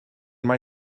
mae